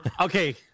Okay